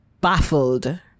baffled